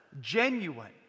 genuine